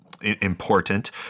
important